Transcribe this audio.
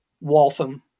Waltham